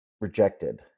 rejected